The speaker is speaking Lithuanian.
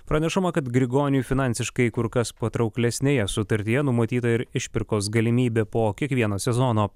pranešama kad grigoniui finansiškai kur kas patrauklesnėje sutartyje numatyta ir išpirkos galimybė po kiekvieno sezono